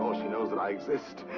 um she knows that i exist!